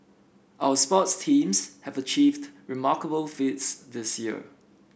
our sports teams have achieved remarkable feats this year